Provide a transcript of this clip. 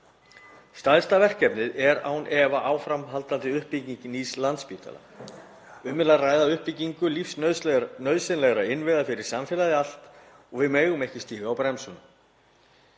Stærsta verkefnið er án efa áframhaldandi uppbygging nýs Landspítala. Um er að ræða uppbyggingu lífsnauðsynlegra innviða fyrir samfélagið allt og við megum ekki stíga á bremsuna.